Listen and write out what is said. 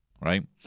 right